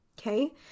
Okay